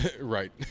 right